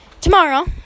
tomorrow